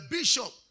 Bishop